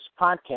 podcast